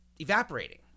evaporating